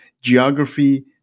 geography